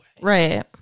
Right